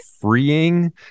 freeing